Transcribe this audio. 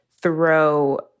throw